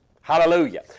Hallelujah